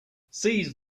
seize